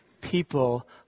people